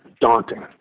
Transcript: daunting